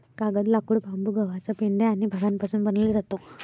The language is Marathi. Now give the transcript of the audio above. कागद, लाकूड, बांबू, गव्हाचा पेंढा आणि भांगापासून बनवले जातो